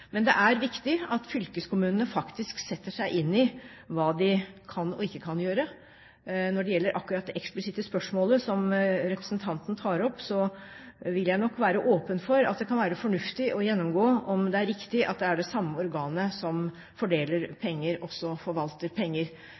Men det er viktig at fylkeskommunene setter seg inn i hva de kan og ikke kan gjøre. Når det gjelder akkurat det eksplisitte spørsmålet som representanten tar opp, vil jeg nok være åpen for at det kan være fornuftig å gjennomgå om det er riktig at det er det samme organet som fordeler penger og forvalter penger.